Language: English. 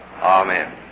Amen